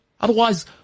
Otherwise